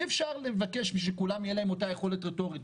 אי אפשר לבקש שכולם תהיה להם את אותה יכולת רטורית.